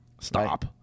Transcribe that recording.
Stop